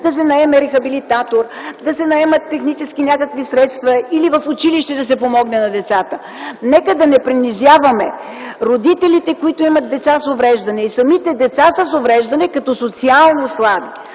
да се наеме рехабилитатор, да се наемат някакви технически средства, или да се помогне на децата в училище. Нека да не принизяваме родителите, които имат деца с увреждания и самите деца с увреждане като социално слаби.